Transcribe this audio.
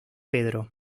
pedro